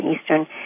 Eastern